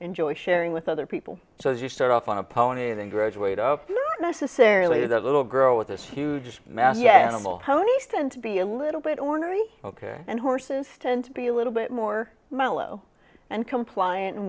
enjoy sharing with other people so if you start off on a pony then graduate of not necessarily the little girl with this huge mass yeah animal ponies tend to be a little bit ornery ok and horses tend to be a little bit more mellow and compliant and